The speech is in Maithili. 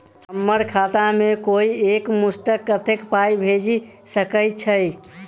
हम्मर खाता मे कोइ एक मुस्त कत्तेक पाई भेजि सकय छई?